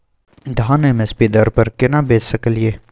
धान M S P दर पर केना बेच सकलियै?